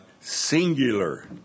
singular